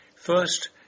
First